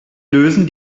lösen